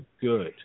good